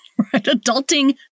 Adulting